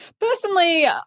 Personally